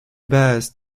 base